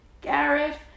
Garrett